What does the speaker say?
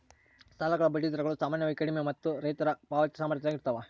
ಸಾಲಗಳ ಬಡ್ಡಿ ದರಗಳು ಸಾಮಾನ್ಯವಾಗಿ ಕಡಿಮೆ ಮತ್ತು ರೈತರ ಪಾವತಿ ಸಾಮರ್ಥ್ಯದಾಗ ಇರ್ತವ